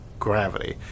gravity